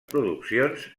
produccions